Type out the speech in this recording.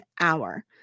hour